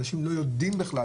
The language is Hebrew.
אנשים לא יודעים בכלל,